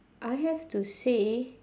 I have to say